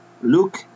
Look